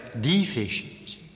deficiency